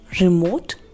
remote